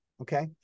okay